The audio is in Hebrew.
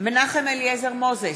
מנחם אליעזר מוזס,